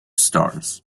stars